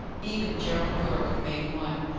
even gerald yorke made one,